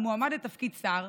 המועמד לתפקיד שר.